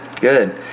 good